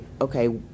okay